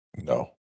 No